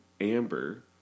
Amber